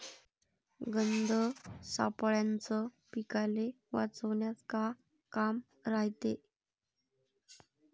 गंध सापळ्याचं पीकाले वाचवन्यात का काम रायते?